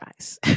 eyes